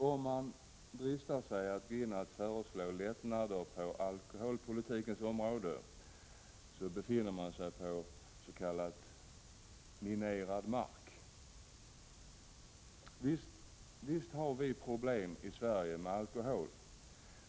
Om man dristar sig att föreslå lättnader på alkoholpolitikens område så befinner man sig på s.k. minerad mark. Visst har vi problem med alkoholen i Sverige.